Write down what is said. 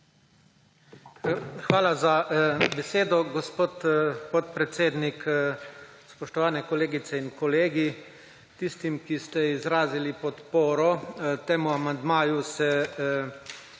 Hvala za besedo, gospod podpredsednik. Spoštovani kolegice in kolegi! Tistim, ki ste izrazili podporo temu amandmaju se